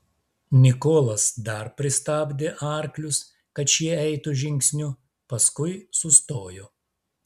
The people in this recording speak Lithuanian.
nikolas dar pristabdė arklius kad šie eitų žingsniu paskui sustojo